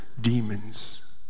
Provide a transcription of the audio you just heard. demons